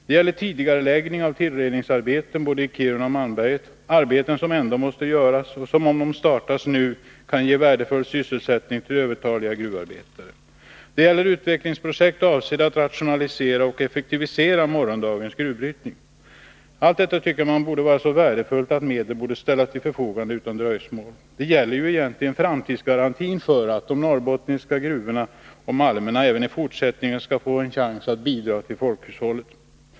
Det gäller tidigareläggning av tillredningsarbeten både i Kiruna och Malmberget, arbeten som ändå måste göras och som — om de startas nu — kan ge värdefull sysselsättning till nu övertaliga gruvarbetare. Det gäller utvecklingsprojekt, som avser att rationalisera och effektivisera morgondagens gruvbrytning. Allt detta tycker man borde vara så värdefullt att medel skulle ställas till förfogande utan dröjsmål. Det gäller ju egentligen garantin för att de norrbottniska gruvorna och malmerna även i fortsättningen skall få en chans att bidra till folkhushållet.